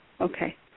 Okay